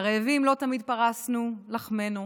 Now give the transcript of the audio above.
לרעבים לא תמיד פרסנו לחמנו,